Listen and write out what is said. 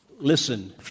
Listen